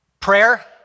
Prayer